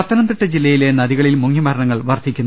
പത്തനംതിട്ട ജില്ലയിലെ നദികളിൽ മുങ്ങിമരണങ്ങൾ വർദ്ധിക്കുന്നു